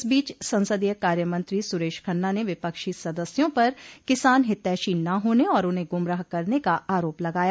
इस बीच संसदीय कार्यमंत्री सुरेश खन्ना ने विपक्षी सदस्यों पर किसान हितैषी न होने और उन्हें गुमराह करने का आरोप लगाया